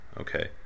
okay